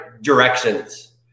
directions